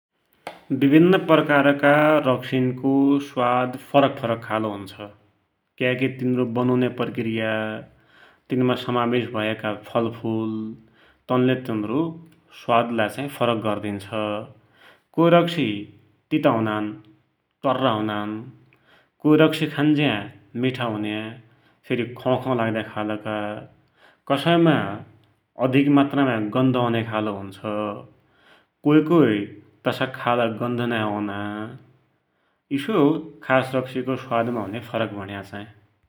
विभिन्न खालका रक्सिनको स्वाद फरक फरक खालको हुन्छ। क्याकी तिनारो बनुन्या प्रकृया, तिन मा समाबेश भया फलफुल, तनले तिनारो स्वादलाई फरक गरिदिन्छ । कोइ रक्शी तिता हुनान, टर्रा हुनान, कोइ रक्शी खान्ज्या मिठा हुन्या, खौ खौ लाग्या खालका, कसैमा अधिक खालको गन्ध आउन्या खालको हुन्छ, कोइ कोइ तसा खालका गन्ध नाइँ औना, इसोई हो खास रक्शी का स्वादमा हुन्या फरक भुण्या!